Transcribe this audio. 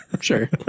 Sure